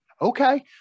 Okay